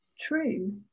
true